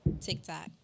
TikTok